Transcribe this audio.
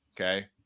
Okay